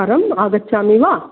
परम् आगच्छामि वा